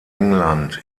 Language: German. england